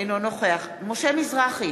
אינו נוכח משה מזרחי,